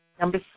Number